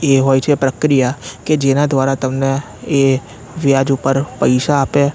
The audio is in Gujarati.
એ હોય છે પ્રક્રિયા કે જેના દ્વારા તમને એ વ્યાજ ઉપર પૈસા આપે